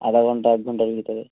আধা ঘন্টা এক ঘন্টার ভিতরে